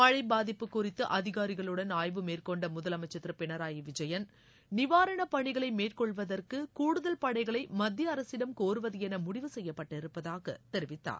மழை பாதிப்பு குறித்து அதிகாரிகளுடன் ஆய்வு மேற்கொண்ட முதலமைச்சர் திரு பினராயி விஜயன் நிவாரணப்பணிகளை மேற்கொள்வதற்கு கூடுதல் படைகளை மத்தியஅரசிடம் கோருவதென முடிவு செய்யப்பட்டிருப்பதாக தெரிவித்தார்